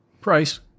price